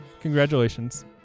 Congratulations